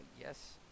yes